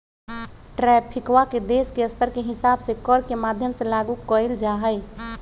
ट्रैफिकवा के देश के स्तर के हिसाब से कर के माध्यम से लागू कइल जाहई